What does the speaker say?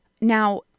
Now